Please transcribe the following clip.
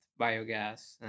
biogas